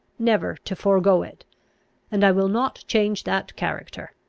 never to forego it and i will not change that character.